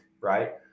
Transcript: right